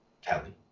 Kelly